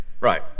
Right